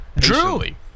Truly